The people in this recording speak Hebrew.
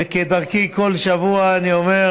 וכדרכי בכל שבוע אני אומר: